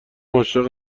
عاشق